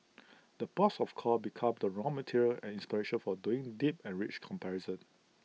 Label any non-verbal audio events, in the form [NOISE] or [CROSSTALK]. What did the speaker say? [NOISE] the ports of call become the raw material and inspiration for doing deep and rich comparison